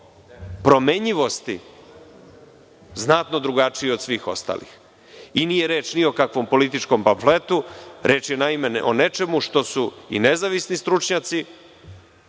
promenljivosti znatno drugačiji od svih ostalih. Nije reč ni o kakvom političkom pamfletu, reč je naime o nečemu što su i nezavisni stručnjaci,